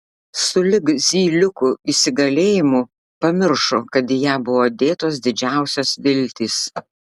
sulig zyliukų įsigalėjimu pamiršo kad į ją buvo dėtos didžiausios viltys